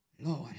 Lord